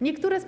Niektóre z